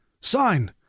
Sign